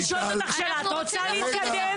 אני שואלת אותך שאלה, את רוצה להתקדם?